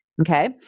Okay